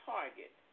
Target